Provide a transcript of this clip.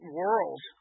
world